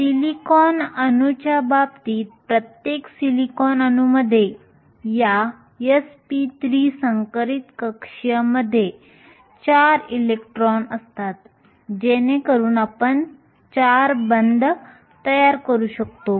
silicon अणूच्या बाबतीत प्रत्येक सिलिकॉन अणूमध्ये या sp3 संकरित कक्षीयमध्ये 4 इलेक्ट्रॉन असतात जेणेकरून आपण 4 बंध तयार करू शकतो